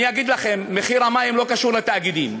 אני אגיד לכם, מחיר המים לא קשור לתאגידים.